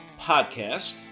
podcast